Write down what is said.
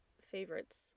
favorites